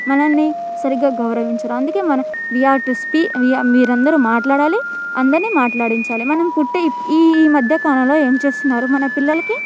మనల్ని సరిగ్గా గౌరవించరు అందుకే మనం we are to speak we are మీరందరూ మాట్లాడాలి అందర్నీ మాట్లాడించాలి మనం పుట్టి ఈ ఈ మధ్యకాలంలో ఏం చేస్తున్నారు మన పిల్లలకి